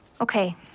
Okay